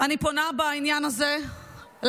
אני פונה בעניין הזה לרמטכ"ל